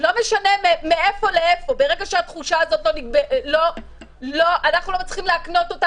לא משנה איפה ברגע שאנחנו לא מצליחים להקנות את התחושה הזאת,